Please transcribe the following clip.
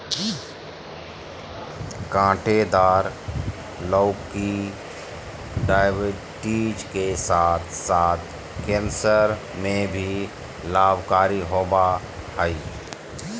काँटेदार लौकी डायबिटीज के साथ साथ कैंसर में भी लाभकारी होबा हइ